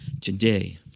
today